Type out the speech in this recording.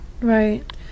Right